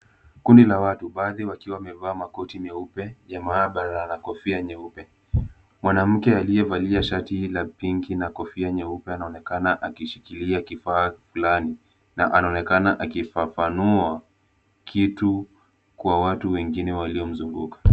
Kundi la watu, baadhi wakiwa wamevaa makoti meupe ya maabara na kofia nyeupe. Mwanamke aliyevalia shati la pinki na kofia nyeupe anaonekana akishikilia kifaa fulani na anaonekana akifafanua kitu kwa watu wengine walio mzunguka.